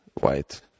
white